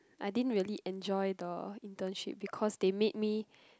I didn't really enjoy the internship because they made me